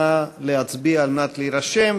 נא להצביע על מנת להירשם,